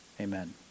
Amen